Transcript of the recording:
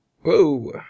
Whoa